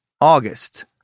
August